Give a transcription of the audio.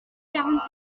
quarante